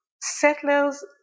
settlers